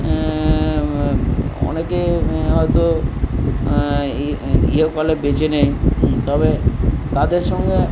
অনেকে হয়তো ইহকালে বেঁচে নেই তবে তাদের সঙ্গে